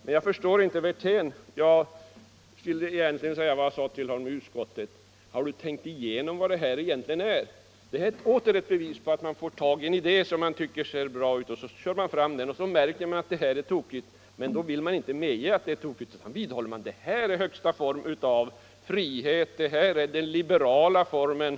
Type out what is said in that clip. Som det nu är kan jag bara upprepa vad jag sade till herr Wirtén i utskottet: ”Har du tänkt igenom det här?” Detta är återigen ett exempel på att man fått tag i en idé, som man tycker ser bra ut, och så kör man fram den. Sedan märker man att det är ett tokigt uppslag, men det vill man inte medge utan man vidhåller att förslaget innebär den högsta formen av frihet, den liberala formen.